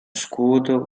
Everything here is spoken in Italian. scudo